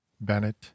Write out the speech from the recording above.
Bennett